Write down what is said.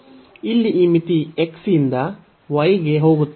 ಇಲ್ಲಿ ಈ ಮಿತಿ x ಯಿಂದ y ಗೆ ಹೋಗುತ್ತದೆ